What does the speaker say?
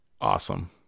awesome